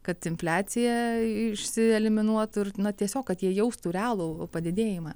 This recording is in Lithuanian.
kad infliacija išsieliminuotų ir na tiesiog kad jie jaustų realų padidėjimą